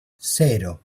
cero